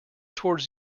towards